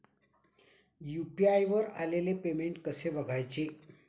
UPI वर आलेले payment कसे बघायचे?